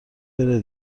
بره